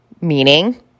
meaning